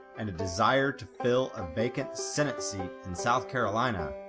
and a desire to fill a vacant senate seat in south carolina,